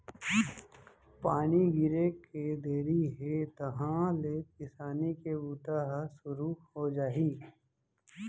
पानी गिरे के देरी हे तहॉं ले किसानी के बूता ह सुरू हो जाही